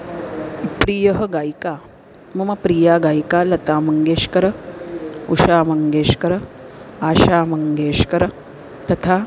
प्रियः गायिका मम प्रिया गायिका लतामङ्गेश्कर उषा मङ्गेश्कर आशा मङ्गेश्कर तथा